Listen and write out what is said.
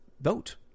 vote